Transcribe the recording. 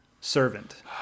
servant